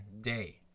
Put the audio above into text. day